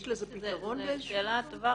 זאת שאלה טובה,